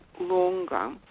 longer